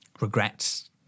regrets